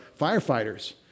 firefighters